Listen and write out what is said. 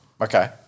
Okay